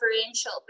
differential